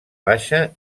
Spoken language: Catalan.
baixa